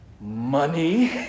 Money